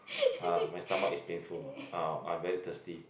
ah my stomach is painful ah I'm very thirsty